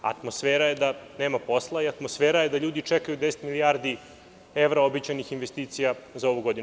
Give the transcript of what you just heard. Atmosfera je da nema posla, i atmosfera je da ljudi čekaju 10 milijardi evra obećanih investicija za ovu godinu.